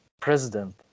president